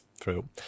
True